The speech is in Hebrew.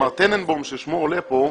מר טננבוים ששמו עולה פה,